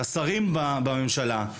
לשרים בממשלה: